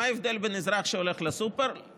מה ההבדל בין אזרח שהולך לסופר,